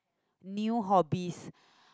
new hobbies